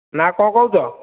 ନା କ'ଣ କହୁଛ